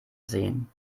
sehen